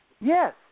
Yes